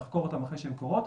לחקור אותן אחרי שהן קורות,